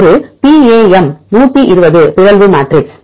ஒரு PAM 120 பிறழ்வு matrix